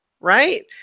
right